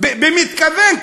במתכוון.